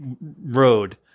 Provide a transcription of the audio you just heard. road